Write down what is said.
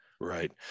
Right